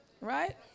Right